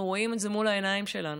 ואנחנו רואים את זה מול העיניים שלנו: